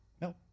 No